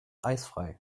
eisfrei